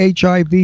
HIV